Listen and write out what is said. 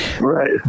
right